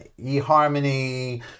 eHarmony